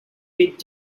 with